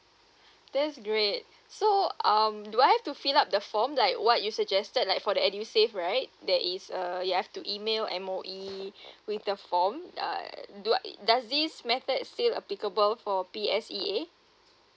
that's great so um do I have to fill up the form like what you suggested like for the edusave right that is uh you have to email M_O_E with the form uh do I does this method still applicable for P_S_E_A